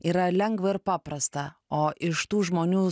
yra lengva ir paprasta o iš tų žmonių